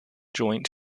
joint